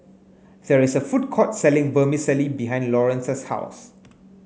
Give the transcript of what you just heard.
there is a food court selling Vermicelli behind Lawerence's house